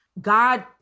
God